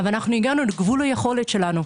אבל אנחנו הגענו לגבול היכולת שלנו.